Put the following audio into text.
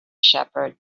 shepherd